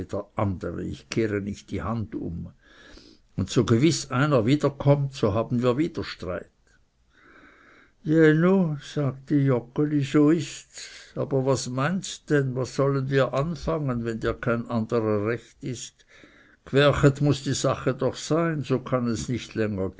andere ich kehre nicht die hand um und so gewiß einer wieder kömmt so haben wir wieder streit jä nu sagte joggeli so ists aber was meinst denn was sollen wir anfangen wenn dir kein anderer recht ist gwerchet muß die sache doch sein so kann es nicht länger